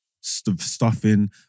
Stuffing